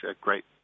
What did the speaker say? great